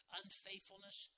unfaithfulness